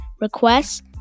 requests